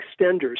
extenders